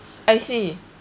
I see